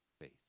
faith